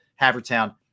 Havertown